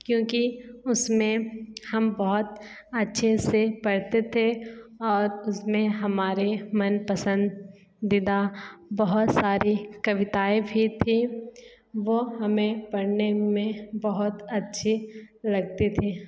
क्योंकि उसमें हम बहुत अच्छे से पढ़ते थे और उसमें हमारे मन पसंदीदा बहुत सारी कविताएं भी थीं वो हमें पढ़ने में बहुत अच्छी लगती थीं